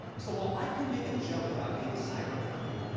so while i can make a joke about being a cyber-criminal,